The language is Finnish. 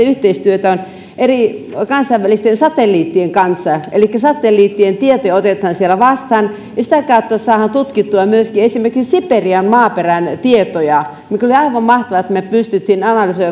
yhteistyötä on eri kansainvälisten satelliittien kanssa elikkä satelliittien tietoja otetaan siellä vastaan ja sitä kautta saadaan tutkittua myöskin esimerkiksi siperian maaperän tietoja mikä oli aivan mahtavaa että minulle